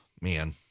man